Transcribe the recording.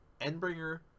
Endbringer